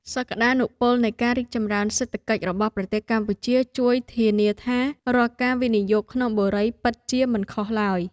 សក្តានុពលនៃការរីកចម្រើនសេដ្ឋកិច្ចរបស់ប្រទេសកម្ពុជាជួយធានាថារាល់ការវិនិយោគក្នុងបុរីពិតជាមិនខុសឡើយ។